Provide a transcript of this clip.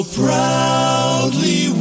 proudly